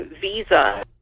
Visa